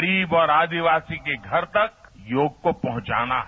गरीब और आदिवासी के घर तक योग को पहुंचाना है